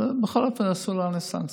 בכל אופן, עשו לנו סנקציות.